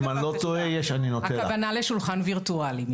הכוונה לשולחן וירטואלי.